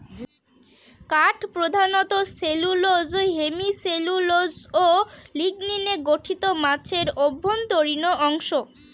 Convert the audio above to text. কাঠ প্রধানত cellulose hemicellulose ও লিগনিনে গঠিত গাছের অভ্যন্তরীণ অংশ